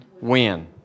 win